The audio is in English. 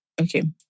Okay